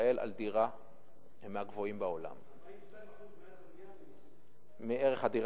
בישראל על דירה הם מהגבוהים בעולם, מערך הדירה.